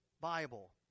Bible